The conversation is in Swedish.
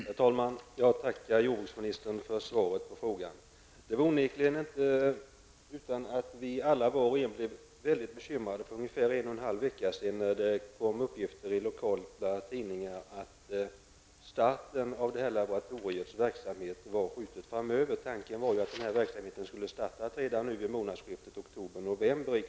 Herr talman! Jag tackar jordbruksministern för svaret på frågan. Det var inte utan att vi alla blev väldigt bekymrade för ungefär en och en halv vecka sedan när det publicerades uppgifter i lokala tidningar om att starten av laboratoriets verksamhet var skjuten på framtiden. Tanken var ju att verksamheten skulle ha startat i Karlskrona redan i månadsskiftet oktober-november.